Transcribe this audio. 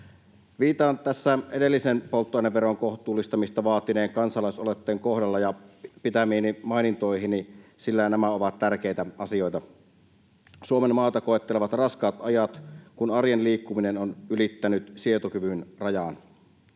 Viittaan tässä edellisen, polttoaineveron kohtuullistamista vaatineen, kansalaisaloitteen kohdalla pitämiini mainintoihin, sillä nämä ovat tärkeitä asioita. Suomenmaata koettelevat raskaat ajat, kun arjen liikkumisen hinta on ylittänyt sietokyvyn rajan.